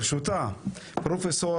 פרופ'